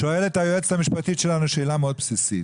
שואלת היועצת המשפטית שלנו שאלה מאוד בסיסית.